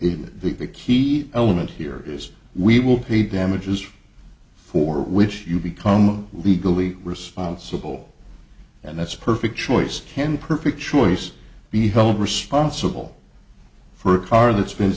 in the key element here is we will pay damages for which you become legally responsible and that's a perfect choice can perfect choice be held responsible for a car that's been